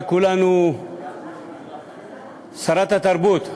שרת התרבות,